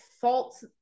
fault